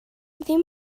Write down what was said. ddim